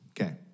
Okay